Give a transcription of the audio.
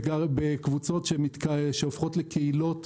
בקבוצות שהופכות לקהילות.